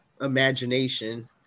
imagination